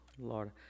Lord